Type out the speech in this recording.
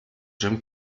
jim